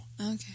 Okay